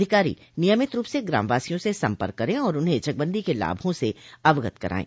अधिकारी नियमित रूप से ग्रामवासियों से सम्पर्क करें और उन्हें चकबंदी के लाभों से अवगत करायें